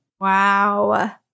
Wow